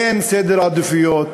אין סדר עדיפויות,